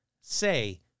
say